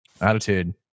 Attitude